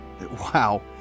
wow